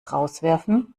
rauswerfen